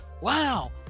wow